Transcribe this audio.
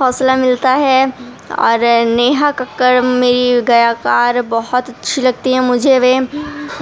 حوصلہ ملتا ہے اور نیہا ککڑ میری گایکار بہت اچھی لگتی ہیں مجھے وہ